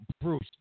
Bruce